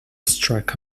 struck